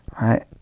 Right